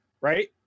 right